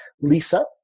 Lisa